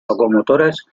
locomotoras